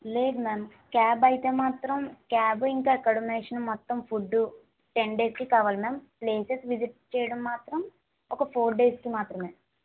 లేదు ma'am cab అయితే మాత్రం క్యాబ్ ఇంకా ఎకామడేషన్ మొత్తం ఫుడ్డు టెన్ డేస్కి కావాలి మ్యామ్ ప్లేసెస్ విసిట్ చేయడం మాత్రం ఒక ఫోర్ డేస్కి మాత్రమే